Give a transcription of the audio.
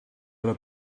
ole